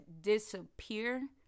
disappear